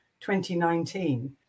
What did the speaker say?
2019